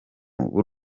b’u